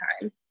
time